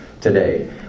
today